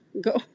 go